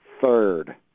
third